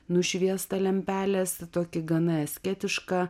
nušviestą lempelės tokį gana asketišką